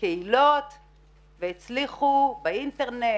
קהילות והצליחו באינטרנט,